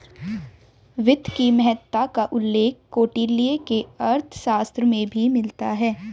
वित्त की महत्ता का उल्लेख कौटिल्य के अर्थशास्त्र में भी मिलता है